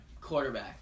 Quarterback